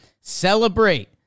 celebrate